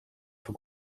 faut